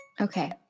Okay